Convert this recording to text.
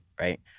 right